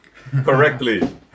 correctly